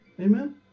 Amen